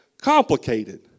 complicated